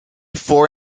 four